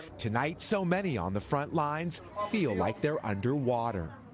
tonight so many on the front lines feel like they're underwater.